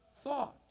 thought